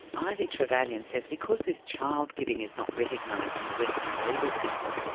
ivy trevallion says because this child giving is not recognised in the western legal system,